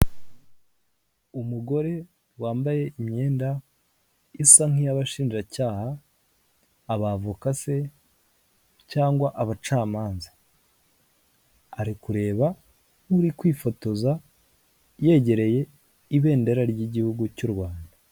Umugore wambaye imyenda isa nk'iy'abashinjacyaha, abavoka se cyangwa abacamanza, ari kureba nk'uri kwifotoza yegereye ibendera ry'igihugu cy'u Rwanda.